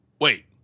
wait